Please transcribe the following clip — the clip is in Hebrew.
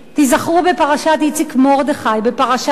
תיזכרו בפרשת איציק מרדכי, בפרשת קצב.